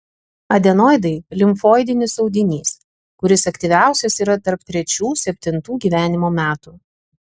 adenoidai limfoidinis audinys kuris aktyviausias yra tarp trečių septintų gyvenimo metų